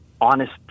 honest